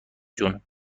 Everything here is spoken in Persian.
جون